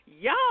y'all